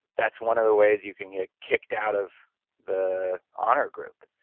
that's one of the ways you can get kicked out of the honor group.